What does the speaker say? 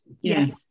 yes